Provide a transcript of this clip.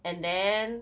and then